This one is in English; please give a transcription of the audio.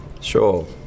Sure